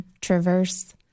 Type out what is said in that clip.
traverse